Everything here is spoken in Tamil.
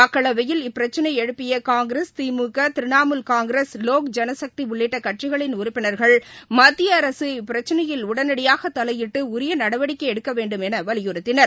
மக்களவையில் இப்பிரச்னையஎழுப்பியகாங்கிரஸ் திமுக திரிணமுல் லோக் ஜனசக்திஉள்ளிட்டகட்சிகளின் உறுப்பினர்கள் மத்தியஅரசு இப்பிரச்னையில் உடனடியாகதலையிட்டுஉரியநடவடிக்கைஎடுக்கவேண்டும் எனவலியுறுத்தினர்